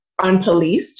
unpoliced